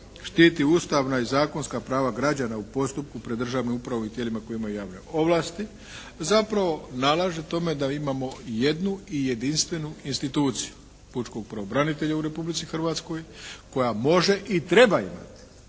štiti ustavna i zakonska prava građana u postupku pred državnom upravom i tijelima koja imaju javne ovlasti zapravo nalaže tome da imamo jednu i jedinstvenu instituciju pučkog pravobranitelja u Republici Hrvatskoj koja može i treba imati